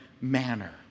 manner